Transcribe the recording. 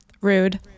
Rude